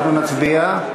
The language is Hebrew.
אנחנו נצביע.